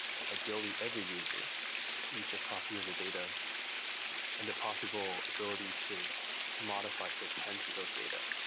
ideally every user each of copy of the data and the possible ability to to modify, to append to those data.